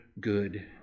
good